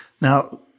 Now